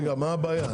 מה הבעיה?